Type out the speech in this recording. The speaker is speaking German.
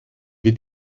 wird